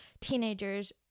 teenagers